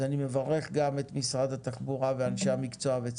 אז אני מברך גם את משרד התחבורה ואנשי המקצוע ואת